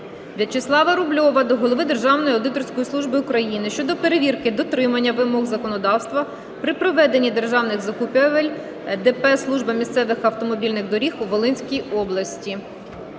Вячеслава Рубльова до голови Державної аудиторської служби України щодо перевірки дотримання вимог законодавства при проведенні державних закупівель ДП "Служба місцевих автомобільних доріг у Волинській області".